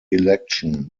election